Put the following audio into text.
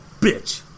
bitch